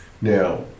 now